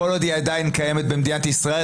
כל עוד היא עדיין קיימת במדינת ישראל,